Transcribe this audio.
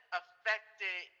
affected